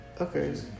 Okay